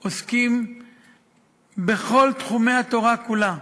עוסקים בכל תחומי התורה כולה: